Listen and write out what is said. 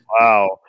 Wow